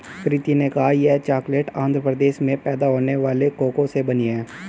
प्रीति ने कहा यह चॉकलेट आंध्र प्रदेश में पैदा होने वाले कोको से बनी है